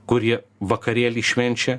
kurie vakarėlį švenčia